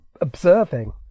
observing